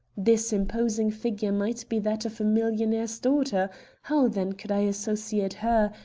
this imposing figure might be that of a millionaire's daughter how then could i associate her,